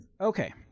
Okay